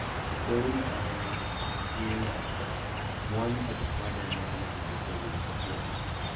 stability firing is one of the primary mechanisms that triggers growth hormone.